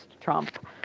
Trump